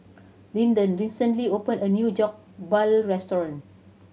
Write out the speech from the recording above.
Lyndon recently open a new Jokbal restaurant